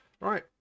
Right